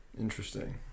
Interesting